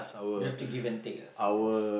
you have to give and take ah sometimes